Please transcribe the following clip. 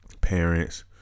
parents